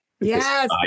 Yes